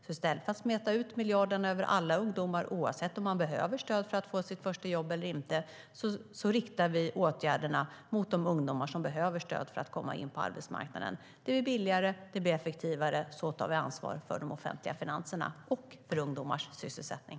I stället för att smeta ut miljarderna över alla ungdomar, oavsett om de behöver stöd för att få sitt första jobb eller inte, riktar vi åtgärderna mot de ungdomar som behöver stöd för att komma in på arbetsmarknaden. Det blir billigare och effektivare. Så tar vi ansvar för de offentliga finanserna och för ungdomars sysselsättning.